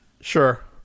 Sure